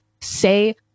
say